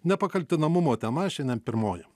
nepakaltinamumo tema šiandien pirmoji